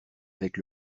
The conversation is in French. avec